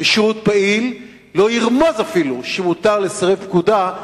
בשירות פעיל לא ירמוז אפילו שמותר לסרב פקודה.